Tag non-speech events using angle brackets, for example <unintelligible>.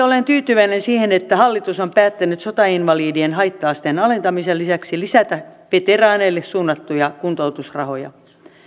<unintelligible> olen tyytyväinen siihen että hallitus on päättänyt sotainvalidien haitta asteen alentamisen lisäksi lisätä veteraaneille suunnattuja kuntoutusrahoja